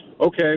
Okay